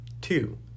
Two